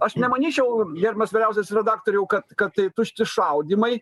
aš nemanyčiau gerbiamas vyriausiasis redaktoriau kad kad tai tušti šaudymai